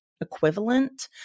equivalent